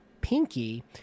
Pinky